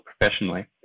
professionally